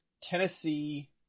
Tennessee